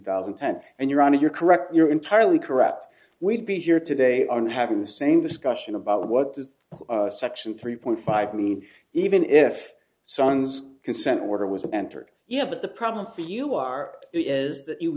thousand and ten and you're on it you're correct you're entirely correct we'd be here today aren't having the same discussion about what does section three point five mean even if someone's consent order was a bantered yeah but the problem for you are is that you